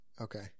Okay